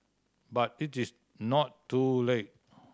but it is not too late